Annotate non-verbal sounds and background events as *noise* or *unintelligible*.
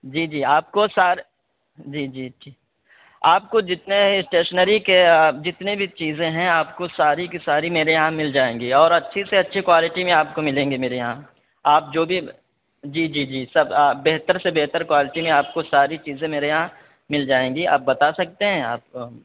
جی جی آپ کو سر جی جی *unintelligible* آپ کو جتنے اسٹیشنری کے جتنے بھی چیزیں ہیں آپ کو ساری کی ساری میرے یہاں مل جائیں گی اور اچھی سے اچھی کوالٹی میں آپ کو ملیں گی میرے یہاں آپ جو بھی جی جی جی سب بہتر سے بہتر کوالٹی میں آپ کو ساری چیزیں میرے یہاں مل جائیں گی آپ بتا سکتے ہیں آپ